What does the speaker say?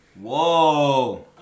Whoa